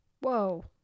whoa